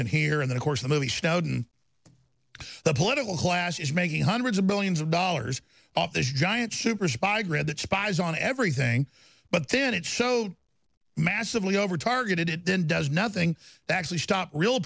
and here in the course the movie snowden the political class is making hundreds of billions of dollars off this giant super spy grid that spies on everything but then it's so massively over targeted it then does nothing that actually stop real